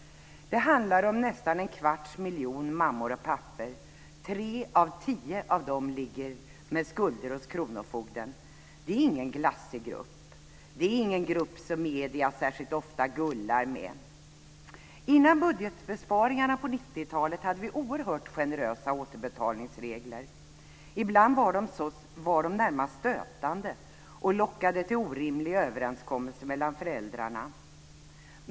Det handlar om nästan en kvarts miljon mammor och pappor, och av dem ligger tre av tio med skulder hos kronofogden. Det är ingen glassig grupp. Det är inte en grupp som medierna särskilt ofta gullar med. Före budgetbesparingarna på 90-talet hade vi oerhört generösa återbetalningsregler. Ibland var de närmast stötande och lockade till orimliga överenskommelser mellan föräldrarna.